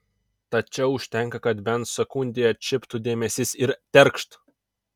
tačiau užtenka kad bent sekundei atšiptų dėmesys ir terkšt